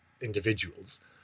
individuals